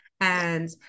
And-